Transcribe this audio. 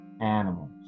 animals